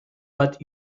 but